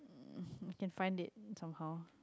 um can find it somehow